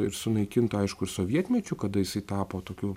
ir sunaikinta aišku sovietmečiu kada jisai tapo tokiu